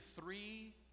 three